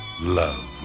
love